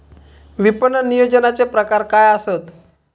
विपणन नियोजनाचे प्रकार काय आसत?